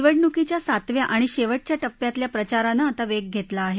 निवडणुकीच्या सातव्या आणि शेवटच्या टप्प्यातल्या प्रचारानं आता वेग घेतला आहे